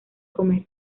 comer